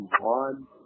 one